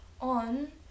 on